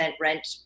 rent